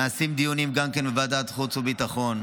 נעשים דיונים גם כן בוועדת חוץ וביטחון,